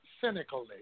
cynically